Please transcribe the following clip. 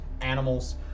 animals